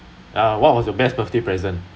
uh ya what was your best birthday present